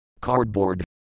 Cardboard